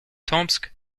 tomsk